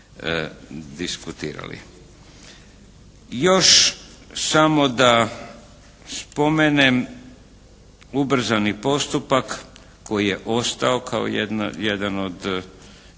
diskutirali. Još samo da spomenem ubrzani postupak koji je ostao kao jedan od